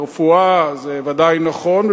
ברפואה זה ודאי נכון,